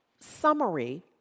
summary